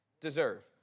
deserve